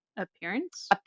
Appearance